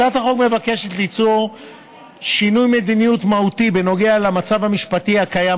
הצעת החוק מבקשת ליצור שינוי מדיניות מהותי בנוגע למצב המשפטי הקיים